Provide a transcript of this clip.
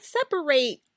separate